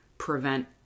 prevent